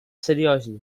серйозні